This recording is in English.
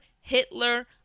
Hitler